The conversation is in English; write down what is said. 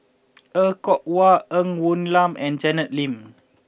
Er Kwong Wah Ng Woon Lam and Janet Lim